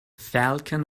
falcon